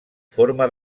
forma